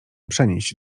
przenieść